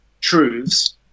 truths